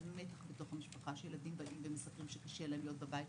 על המתח במשפחה שילדים מספרים שקשה להם להיות בבית,